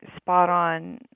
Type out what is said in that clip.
spot-on